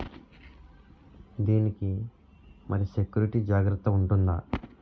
దీని కి మరి సెక్యూరిటీ జాగ్రత్తగా ఉంటుందా?